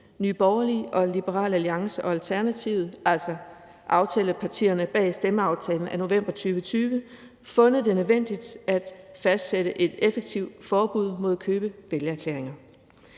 Nye Borgerlige, Liberal Alliance og Alternativet, altså aftalepartierne bag stemmeaftalen af november 2020, fundet det nødvendigt at fastsætte et effektivt forbud mod at købe vælgererklæringer.